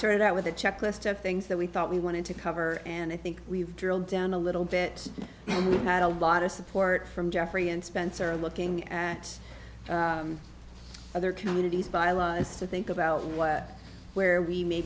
started out with a checklist of things that we thought we wanted to cover and i think we've drilled down a little bit and we've had a lot of support from jeffrey and spencer looking at other communities bylaws to think about what where we may